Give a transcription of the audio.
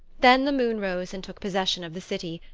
then the moon rose and took possession of the city,